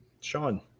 Sean